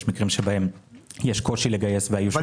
יש מקרים בהם יש קושי לגייס והאיוש נמוך.